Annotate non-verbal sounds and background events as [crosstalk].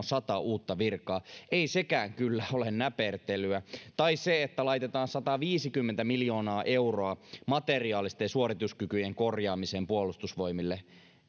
[unintelligible] sata uutta virkaa ei sekään kyllä ole näpertelyä eikä se että laitetaan sataviisikymmentä miljoonaa euroa materiaalisten suorituskykyjen korjaamiseen puolustusvoimille